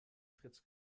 fritz